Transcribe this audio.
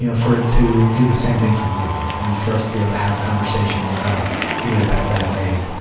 you know for it to do the same thing for you and for us to be able to have conversations about the impact that it made.